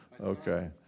Okay